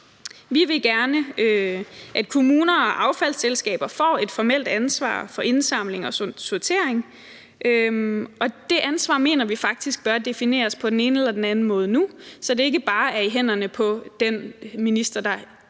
Vi vil gerne, at kommuner og affaldsselskaber får et formelt ansvar for indsamling og sortering, og det ansvar mener vi faktisk bør defineres på den ene eller den anden måde nu, så det ikke bare er i hænderne på den minister, der på det